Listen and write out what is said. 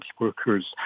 workers